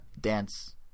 dance